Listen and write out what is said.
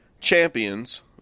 champions